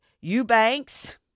Eubanks